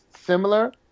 similar